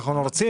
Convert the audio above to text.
אנחנו רוצים